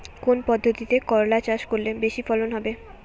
কোন পদ্ধতিতে করলা চাষ করলে বেশি ফলন হবে?